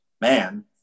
man